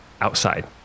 outside